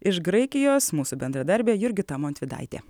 iš graikijos mūsų bendradarbė jurgita montvydaitė